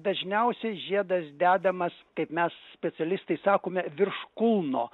dažniausiai žiedas dedamas kaip mes specialistai sakome virš kulno